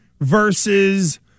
versus